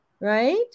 right